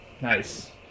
nice